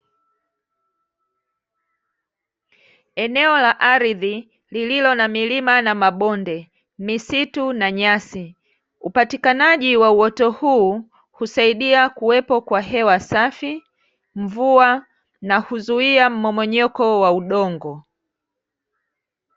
Eneo la ardhi lililo na milima na mabonde, misitu na nyasi upatikanaji wa uoto huu husaidia kuwepo kwa hewa safi, mvua na huzuia mmomonyoko wa udongo.